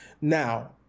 Now